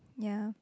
ya